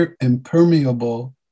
impermeable